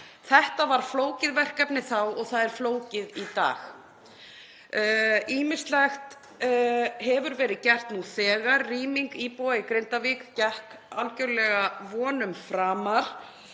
Þetta var flókið verkefni þá og það er flókið í dag. Ýmislegt hefur verið gert nú þegar. Rýming íbúa í Grindavík gekk algerlega vonum framar.